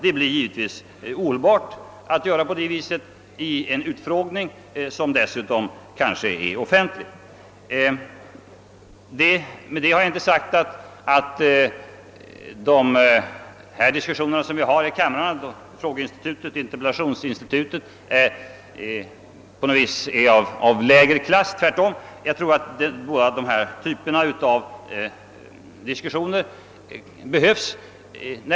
Ett sådant undanglidande blir givetvis ohållbart i en utfrågning, allra helst om den är offentlig. Med detta har jag velat kritisera de diskussioner vi har i kammaren inom frågeoch interpellationsinstitutens ram. Tvärtom tror jag att båda dessa typer av diskussioner behövs.